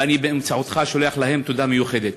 ואני באמצעותך שולח להם תודה מיוחדת.